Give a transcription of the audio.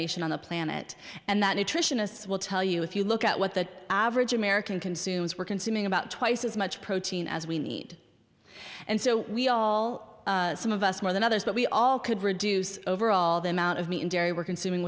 nation on the planet and that nutritionists will tell you if you look at what the average american consumes we're consuming about twice as much protein as we need and so we all some of us more than others but we all could reduce overall the amount of meat and dairy we're consuming